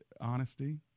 honesty